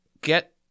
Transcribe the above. get